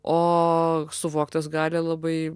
o suvoktas gali labai